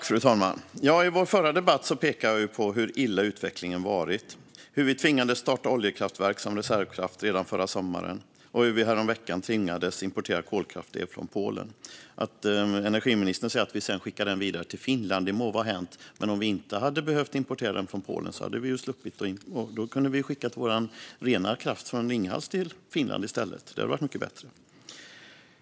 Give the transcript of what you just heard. Fru talman! I vår förra debatt pekade jag på hur dålig utvecklingen varit, hur vi tvingades starta oljekraftverk som reservkraft redan förra sommaren och hur vi häromveckan tvingades importera kolkraftsel från Polen. Att vi sedan, som energiministern sa, skickar den vidare till Finland må vara hänt, men om vi inte hade behövt importera den från Polen kunde vi ju ha skickat vår rena kraft från Ringhals till Finland i stället. Det hade varit mycket bättre.